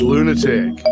Lunatic